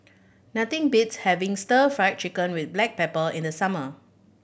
nothing beats having Stir Fry Chicken with black pepper in the summer